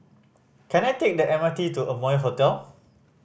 can I take the M R T to Amoy Hotel